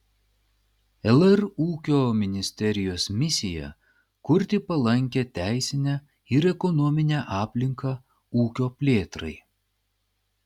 lr ūkio ministerijos misija kurti palankią teisinę ir ekonominę aplinką ūkio plėtrai